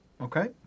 Okay